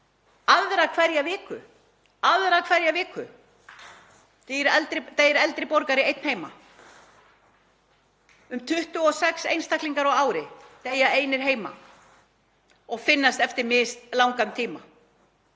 aðra hverja viku deyr eldri borgari einn heima. Um 26 einstaklingar á ári deyja einir heima og finnast eftir mislangan tíma.